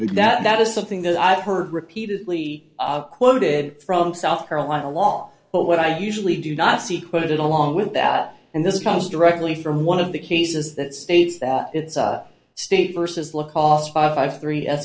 look at that is something that i've heard repeatedly quoted from south carolina law but what i usually do not see quoted along with that in this post directly from one of the cases that states that it's a state versus last five three